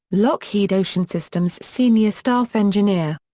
lockheed ocean systems senior staff engineer.